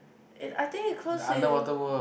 it I think it close in